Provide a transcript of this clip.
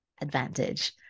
advantage